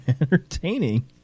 entertaining